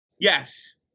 Yes